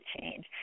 change